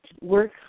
work